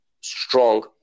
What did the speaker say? strong